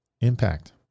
impact